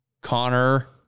Connor